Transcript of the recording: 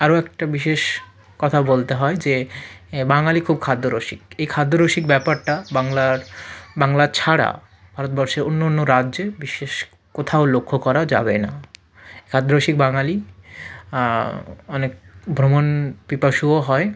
আরও একটা বিশেষ কথা বলতে হয় যে বাঙালি খুব খাদ্যরসিক এই খাদ্যরসিক ব্যাপারটা বাংলার বাংলা ছাড়া ভারতবর্ষের অন্য অন্য রাজ্যে বিশেষ কোথাও লক্ষ্য করা যাবে না খাদ্যরসিক বাঙালি অনেক ভ্রমণপিপাসুও হয়